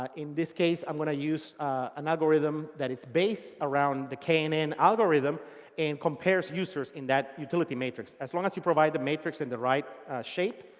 ah in this case i'm going to use an algorithm that it's based around the knn algorithm and compares users in that utility matrix. as long as you provide the matrix and the right shape,